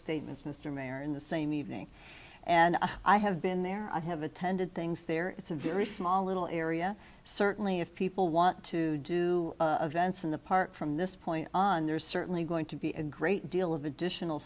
statements mr mayor in the same evening and i have been there i have attended things there it's a very small little area certainly if people want to do a dance in the park from this point on there's certainly going to be a great deal of additional